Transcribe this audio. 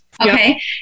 Okay